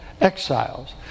exiles